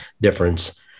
difference